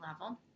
level